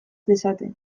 dezaten